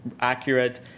accurate